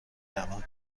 روم